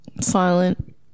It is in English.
Silent